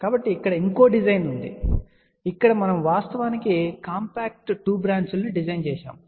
కాబట్టి ఇక్కడ మరొక డిజైన్ ఉంది ఇక్కడ మనము వాస్తవానికి కాంపాక్ట్ టు బ్రాంచ్ లను డిజైన్ చేశాం